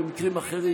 במקרים אחרים,